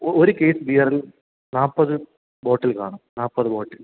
O ഒരു case ബിയറിൽ നാൽപ്പത് ബോട്ടിൽ കാണും നാൽപ്പത് ബോട്ടിൽ